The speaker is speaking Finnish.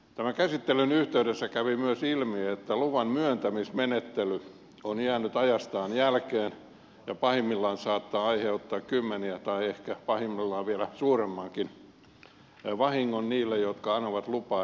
tämän käsittelyn yhteydessä kävi myös ilmi että luvanmyöntämismenettely on jäänyt ajastaan jälkeen ja pahimmillaan saattaa aiheuttaa kymmenien tai ehkä pahimmillaan vieläkin suuremman vahingon niille jotka anovat lupaa eivätkä saa